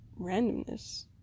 randomness